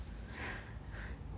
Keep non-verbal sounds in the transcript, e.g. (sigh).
(laughs)